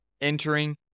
entering